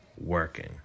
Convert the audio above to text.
working